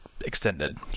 extended